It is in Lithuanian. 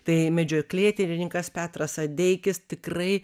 tai medžioklėtyrininkas petras adeikis tikrai